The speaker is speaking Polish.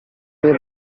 nie